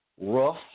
rough